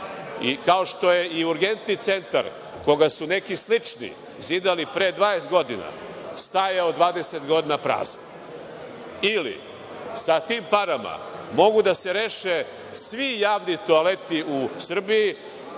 kao što je i Urgentni centar, koga su neki slični zidali pre 20 godina, stajao 20 godina prazan. Sa tim parama mogu da se reše svi javni toaleti u Srbiji,